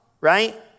right